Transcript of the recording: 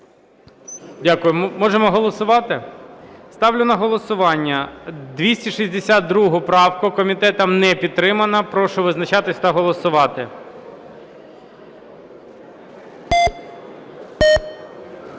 Дякую. Можемо голосувати? Ставлю на голосування 262 правку. Комітетом не підтримана. Прошу визначатись та голосувати.